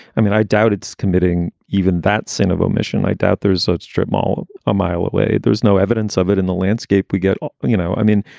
i mean, i doubt it's committing even that sin of omission. i doubt there's a strip mall a mile away. there there's no evidence of it in the landscape. we get you know, i mean,